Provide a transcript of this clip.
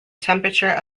temperature